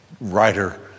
writer